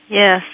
Yes